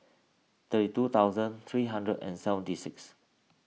thirty two thousand three hundred and seventy six